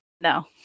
no